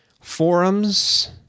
Forums